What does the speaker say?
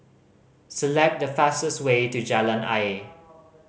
select the fastest way to Jalan Ayer